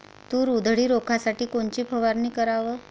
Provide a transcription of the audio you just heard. तूर उधळी रोखासाठी कोनची फवारनी कराव?